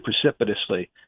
precipitously